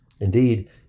Indeed